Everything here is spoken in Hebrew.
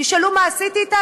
תשאלו: מה עשיתי איתה?